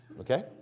Okay